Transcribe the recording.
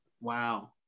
Wow